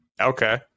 Okay